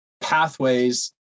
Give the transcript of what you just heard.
pathways